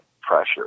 pressure